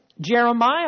Jeremiah